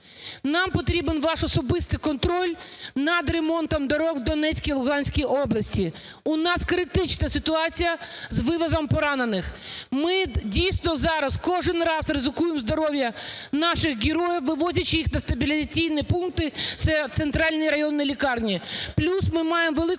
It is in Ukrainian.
нам потрібен ваш особистий контроль над ремонтом доріг в Донецькій і Луганській області. У нас критична ситуація з вивозом поранених. Ми дійсно зараз кожен раз ризикуємо здоров'ям наших героїв, вивозячи їх на стабілізаційні пункти - це в центральні районі лікарні. Плюс ми маємо велику